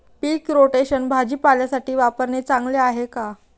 पीक rotation भाजीपाल्यासाठी वापरणे चांगले आहे का?